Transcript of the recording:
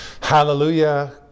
Hallelujah